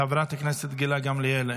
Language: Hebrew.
חברת הכנסת גילה גמליאל,